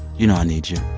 you know i need you.